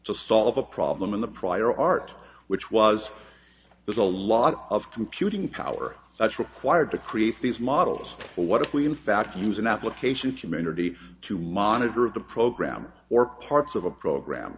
to solve a problem in the prior art which was there's a lot of computing power that's required to create these models but what if we in fact use an application community to monitor of the program or parts of a program